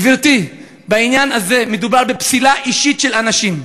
גברתי, בעניין הזה מדובר בפסילה אישית של אנשים.